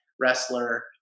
wrestler